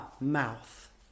mouth